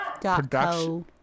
production